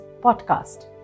Podcast